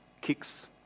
kicks